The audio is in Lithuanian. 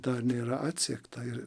dar nėra atsegta ir